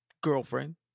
girlfriend